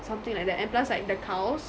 something like that and plus like the cows